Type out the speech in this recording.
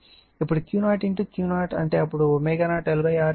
ఇప్పుడు Q0 Q0 అంటే అప్పుడు ω0 L R 1ω0 CR